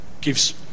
gives